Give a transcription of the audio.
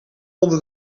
onder